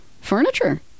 furniture